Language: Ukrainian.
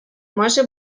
може